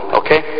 okay